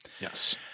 Yes